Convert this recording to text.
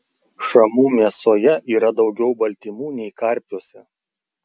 šamų mėsoje yra daugiau baltymų nei karpiuose